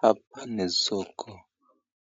Hapa ni soko,